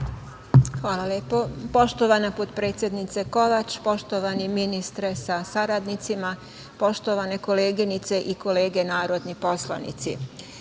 Hvala lepo. Poštovana potpredsednice Kovač, poštovani ministre sa saradnicima, poštovane koleginice i kolege narodni poslanici,